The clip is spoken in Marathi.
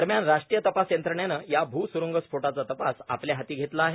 दरम्यान राष्ट्रीय तपास यंत्रणेने या भूस्रुंगस्फोटाचा तपास आपल्या हाती घेतला आहे